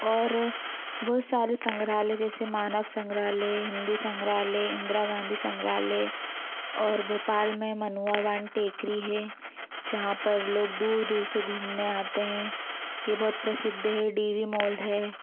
और बहुत सारे संग्रहालय जैसे मानव संग्रहालय हिन्दी संग्रहालय इंदिरा गांधी संग्रहालय और भोपाल में मनुवा वन टेकरी है जहाँ पर लोग दूर दूर से घूमने आते हें यह बहुत प्रसिद्ध है डी वी मॉल है